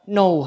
no